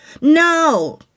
No